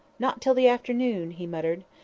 not till the afternoon, he muttered.